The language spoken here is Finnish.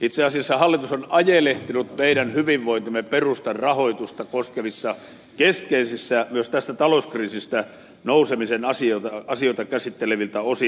itse asiassa hallitus on ajelehtinut meidän hyvinvointimme perustan rahoitusta koskevissa keskeisissä asioissa myös näiltä talouskriisistä nousemisen asioita käsitteleviltä osin